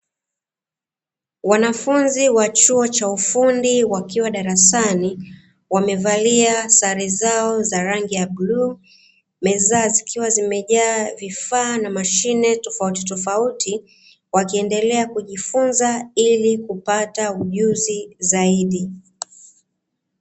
Wanafunzi wa chuo cha ufundi wakiwa darasani, wamevalia sare zao za rangi ya bluu meza zikiwa zimejaa vifaa na mashine tofautitofauti wakiendelea kujifunza ili kupata ujuzi zaidi.